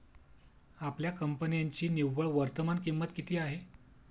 आपल्या कंपन्यांची निव्वळ वर्तमान किंमत किती आहे?